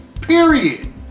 Period